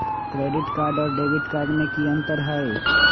Credit card और debit card में की अंतर हई?